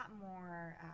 more